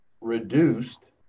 reduced